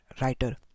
writer